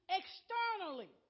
externally